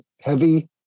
heavy